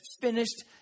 finished